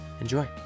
Enjoy